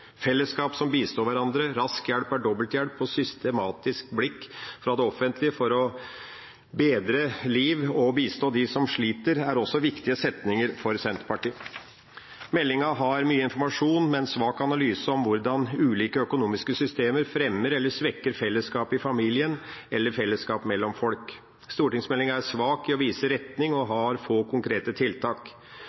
Fellesskap som bistår hverandre, rask hjelp er dobbelt hjelp og systematisk blikk fra det offentlige for å bedre liv og bistå dem som sliter, er også viktige setninger for Senterpartiet. Meldinga har mye informasjon, men en svak analyse av hvordan ulike økonomiske systemer fremmer eller svekker fellesskapet i familien eller fellesskap mellom folk. Stortingsmeldinga er svak i å vise retning og har få konkrete tiltak.